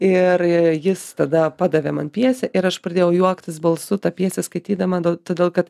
ir jis tada padavė man pjesę ir aš pradėjau juoktis balsu tą pjesę skaitydama todėl kad